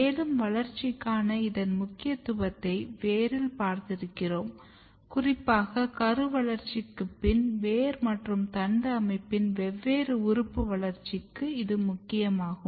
மேலும் வளர்ச்சிக்கான இதன் முக்கியத்துவத்தை வேரில் பார்த்திருக்கிறோம் குறிப்பாக கரு வளர்ச்சிக்குப் பின் வேர் மற்றும் தண்டு அமைப்பின் வெவ்வேறு உறுப்பு வளர்ச்சிக்கும் இது முக்கியமாகும்